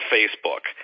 Facebook